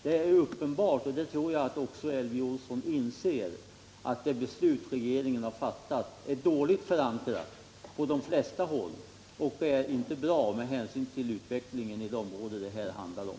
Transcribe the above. Det är uppenbart — och det tror jag också Elvy Olsson inser — att det beslut som regeringen fattat är dåligt förankrat på de flesta håll, och det är inte bra med hänsyn till utvecklingen i det område som det här handlar om.